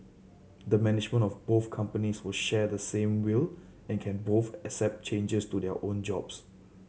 the management of both companies will share the same will and can both accept changes to their own jobs